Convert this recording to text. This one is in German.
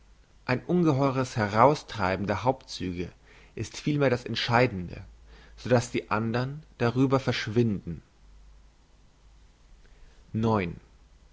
ein ungeheures heraustreibender hauptzüge ist vielmehr das entscheidende so dass die andern darüber verschwinden